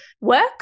work